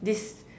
this